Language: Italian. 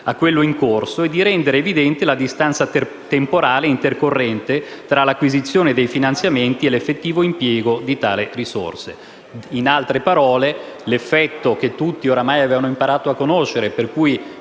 a quello in corso e di rendere evidente la distanza temporale intercorrente tra l'acquisizione dei finanziamenti e l'effettivo impiego di tali risorse. In altre parole, l'effetto che tutti avevano imparato a conoscere per cui